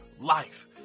life